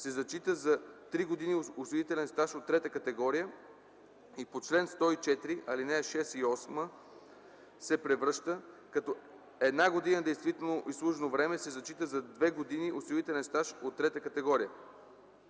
се зачита за 3 години осигурителен стаж от трета категория, и по чл. 104, ал. 6 и 8 се превръща, като една година действително изслужено време се зачита за две години осигурителен стаж от трета категория.”